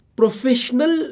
professional